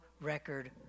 record